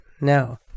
No